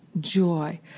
Joy